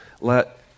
let